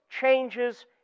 changes